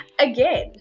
again